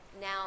Now